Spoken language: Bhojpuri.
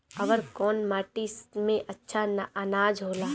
अवर कौन माटी मे अच्छा आनाज होला?